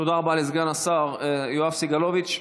תודה רבה לסגן השר יואב סגלוביץ'.